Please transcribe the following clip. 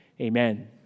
Amen